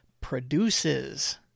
produces